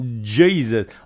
Jesus